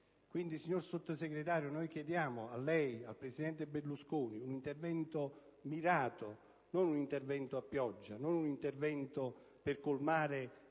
Quindi, signor Sottosegretario, noi chiediamo a lei e al presidente Berlusconi un intervento mirato: non un intervento a pioggia e non un intervento per colmare il